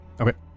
Okay